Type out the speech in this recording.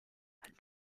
and